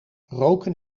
roken